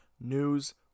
news